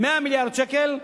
100 מיליארד שקל,